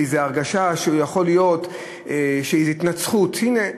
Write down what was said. בהרגשה שהיא יכולה להיות התנצחות: הנה,